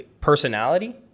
personality